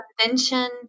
convention